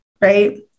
right